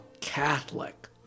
Catholic